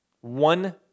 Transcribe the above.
One